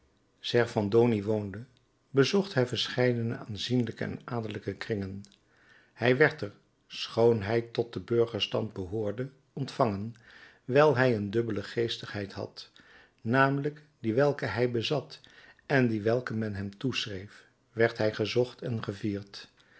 servandoni woonde bezocht hij verscheidene aanzienlijke en adellijke kringen hij werd er schoon hij tot den burgerstand behoorde ontvangen wijl hij een dubbele geestigheid had namelijk die welke hij bezat en die welke men hem toeschreef werd hij gezocht en gevierd